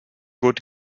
good